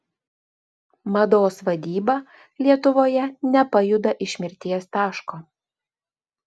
mados vadyba lietuvoje nepajuda iš mirties taško